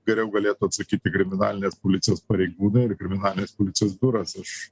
geriau galėtų atsakyti kriminalinės policijos pareigūnai ir kriminalinės policijos biuras aš